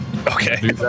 Okay